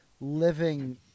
living